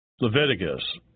Leviticus